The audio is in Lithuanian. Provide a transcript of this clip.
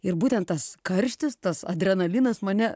ir būtent tas karštis tas adrenalinas mane